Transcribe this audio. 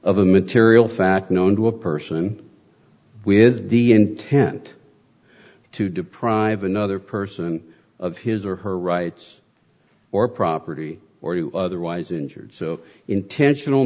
a material fact known to a person with the intent to deprive another person of his or her rights or property or who otherwise injured so intentional